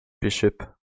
bishop